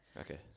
Okay